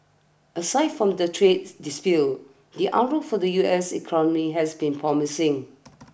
aside from the trades dispute the outlook for the U S economy has been promising